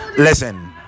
listen